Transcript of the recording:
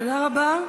תודה רבה.